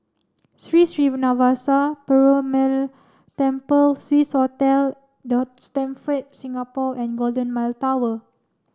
Sri Srinivasa Perumal Temple Swissotel The Stamford Singapore and Golden Mile Tower